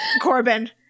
Corbin